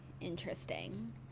interesting